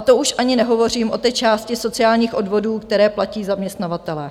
To už ani nehovořím o té části sociálních odvodů, které platí zaměstnavatelé.